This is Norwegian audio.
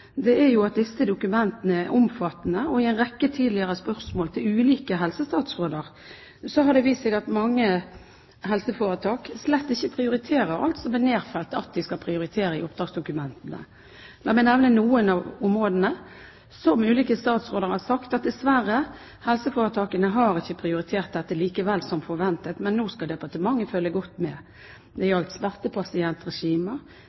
er jo at disse dokumentene er omfattende, og i svar på en rekke tidligere spørsmål til ulike helsestatsråder har det vist seg at mange helseforetak slett ikke prioriterer alt som det er nedfelt i oppdragsdokumentene at de skal prioritere. La meg nevne noen av områdene der ulike statsråder har sagt at dessverre, helseforetakene har ikke prioritert dette som forventet likevel, men nå skal departementet følge godt med. Det